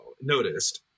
noticed